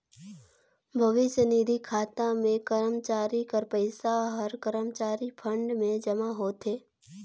भविस्य निधि खाता में करमचारी कर पइसा हर करमचारी फंड में जमा होथे